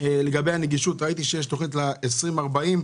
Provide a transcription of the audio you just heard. לגבי נגישות, ראיתי שיש תכנית ל-2040.